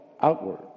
outward